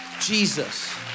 Jesus